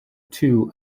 two